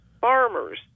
farmers